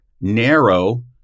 narrow